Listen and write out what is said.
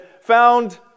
found